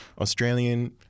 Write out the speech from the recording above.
Australian